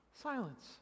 silence